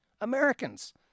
Americans